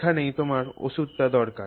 এখানেই তোমার ওষুধটা দরকার